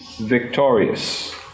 victorious